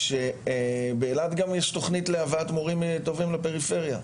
שבאילת יש תכנית להבאת מורים טובים לפריפריה,